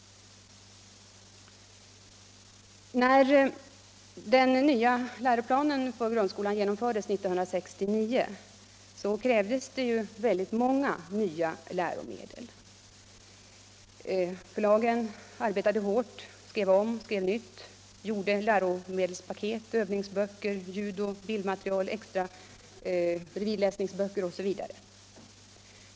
När den nya läroplanen för grundskolan genomfördes 1969 krävdes det väldigt många nya läromedel. Förlagen arbetade hårt, skrev om, skrev nytt, gjorde läromedelspaket, övningsböcker, ljudoch bildmaterial, extra bredvidläsningsböcker osv.